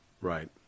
Right